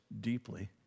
deeply